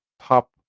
top